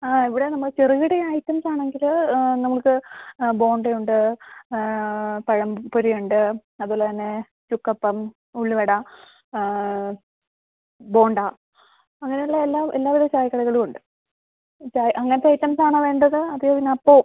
ആ ഇവിടെ നമ്മൾ ചെറുകിട ഐറ്റംസാണെങ്കിൽ നമ്മൾക്ക് ബോണ്ടയുണ്ട് പഴംപൊരിയുണ്ട് അതുപോലെ തന്നെ ചുക്കപ്പം ഉള്ളിവട ബോണ്ട അങ്ങനെ ഉള്ള എല്ലാ എല്ലാ വിധ ചായക്കടികളും ഉണ്ട് ചായ അങ്ങനത്തെ ഐറ്റംസാണോ വേണ്ടത് അതെയോ പിന്നെ ഇപ്പോൾ